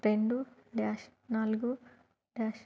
రెండు డ్యాష్ నాలుగు డ్యాష్